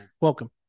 Welcome